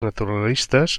naturalistes